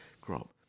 crop